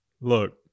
look